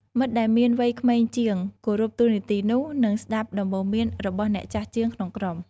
មិត្តដែលមានវ័យក្មេងជាងគោរពតួនាទីនោះ និងស្តាប់ដំបូន្មានរបស់អ្នកចាស់ជាងក្នុងក្រុម។